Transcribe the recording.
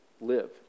live